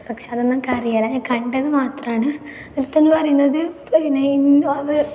പക്ഷെ ഞാൻ കണ്ടത് മാത്രമാണ് നൃത്തം എന്ന് പറയുന്നത്